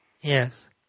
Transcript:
Yes